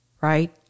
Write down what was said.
right